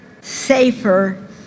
safer